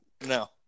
no